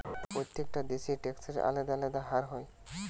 প্রত্যেকটা দেশে ট্যাক্সের আলদা আলদা হার হয়